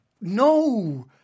No